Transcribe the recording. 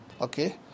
Okay